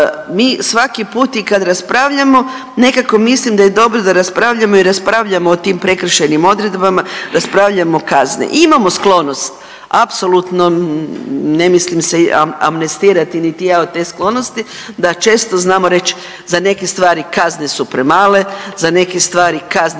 mi svaki put i kad raspravljamo nekako mislim da je dobro da raspravljamo i raspravljamo o tim prekršajnim odredbama, raspravljamo kazne. Imamo sklonost, apsolutno ne mislim se amnestirati niti ja od te sklonosti da često znamo reći za neke stvari kazne su premale, za neke stvari kazne